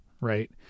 Right